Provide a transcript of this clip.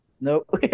nope